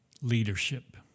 leadership